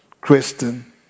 Christian